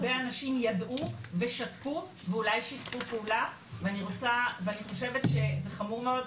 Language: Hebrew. הרבה אנשים ידעו ושתקו ואולי שיתפו פעולה ואני חושבת שזה חמור מאוד.